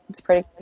it's great.